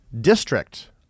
district